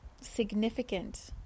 significant